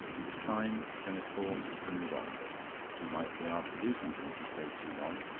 it was time, denis thought, to move on he might be asked to do something if he stayed too long.